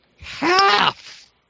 half